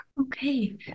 okay